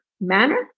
manner